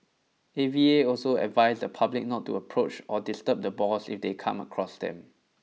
A V A also advised the public not to approach or disturb the boars if they come across them